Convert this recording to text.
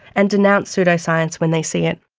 and denounce pseudoscience when they see it.